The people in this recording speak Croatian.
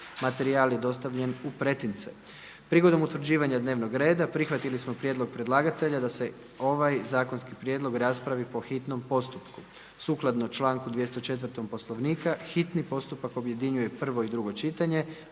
Materijal je dostavljen u pretince. Prigodom utvrđivanja dnevnog reda prihvatili smo prijedlog predlagatelja da se ovaj zakonski prijedlog raspravi po hitnom postupku. Sukladno članku 204. Poslovnika hitni postupak objedinjuje prvo i drugo čitanje,